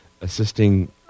assisting